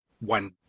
one